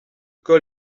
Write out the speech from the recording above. col